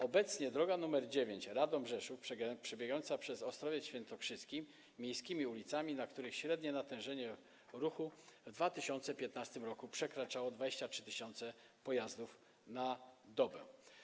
Obecnie droga nr 9 Radom - Rzeszów przebiega przez Ostrowiec Świętokrzyski miejskimi ulicami, na których średnie natężenie ruchu w 2015 r. przekraczało 23 tys. pojazdów na dobę.